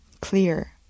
clear